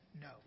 no